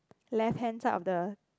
left hand side of the